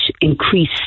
increase